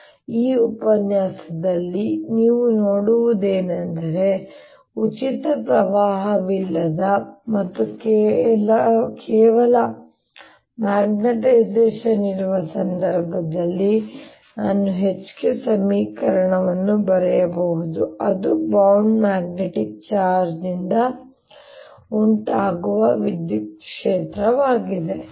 ಆದ್ದರಿಂದ ಈ ಉಪನ್ಯಾಸದಲ್ಲಿ ನೀವು ನೋಡುವುದು ಏನೆಂದರೆ ಉಚಿತ ಪ್ರವಾಹವಿಲ್ಲದ ಮತ್ತು ಕೇವಲ ಮ್ಯಾಗ್ನೆಟೈಸೇಶನ್ ಇರುವ ಸಂದರ್ಭದಲ್ಲಿ ನಾನು H ಗೆ ಸಮೀಕರಣವನ್ನು ಬರೆಯಬಹುದು ಅದು ಬೌಂಡ್ ಮ್ಯಾಗ್ನೆಟಿಕ್ ಚಾರ್ಜ್ನಿಂದ ಉಂಟಾಗುವ ವಿದ್ಯುತ್ ಕ್ಷೇತ್ರವಾಗಿದೆ